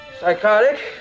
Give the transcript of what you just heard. Psychotic